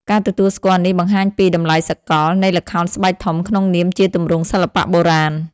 ការទទួលស្គាល់នេះបង្ហាញពី តម្លៃសកល នៃល្ខោនស្បែកធំក្នុងនាមជាទម្រង់សិល្បៈបុរាណ។